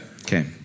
Okay